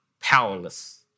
powerless